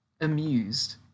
amused